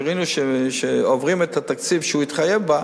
כשראינו שעוברים את התקציב שהוא התחייב עליו,